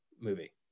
movie